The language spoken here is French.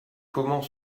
comment